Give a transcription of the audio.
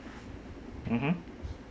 mmhmm